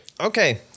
Okay